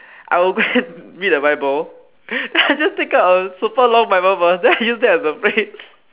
I would go and read the bible then I just take out a super long bible verse then I use that as a phrase